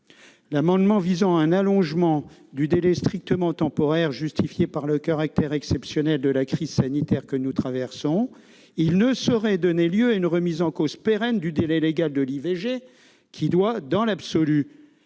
L'amendement visant à un allongement du délai strictement temporaire justifié par le caractère exceptionnel de la crise sanitaire que nous traversons, il ne saurait donner lieu à une remise en cause pérenne du délai légal de l'IVG, qui doit, dans l'absolu,